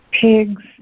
pigs